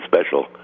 special